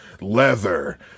leather